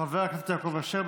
חבר הכנסת יעקב אשר,